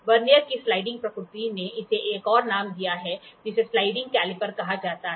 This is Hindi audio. वर्नियर की स्लाइडिंग प्रकृति ने इसे एक और नाम दिया है जिसे स्लाइडिंग कैलीपर कहा जाता है